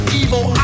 evil